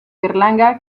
berlanga